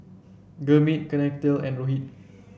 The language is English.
Gurmeet Kaneganti and Rohit